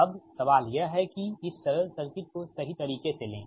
अब सवाल यह है कि इस सरल सर्किट को सही तरीके से लें